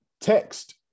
text